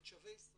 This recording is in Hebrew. את "שבי ישראל"